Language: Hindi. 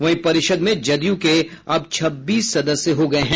वहीं परिषद् में जदयू के अब छब्बीस सदस्य हो गये हैं